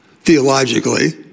theologically